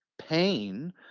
pain